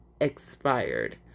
expired